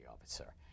officer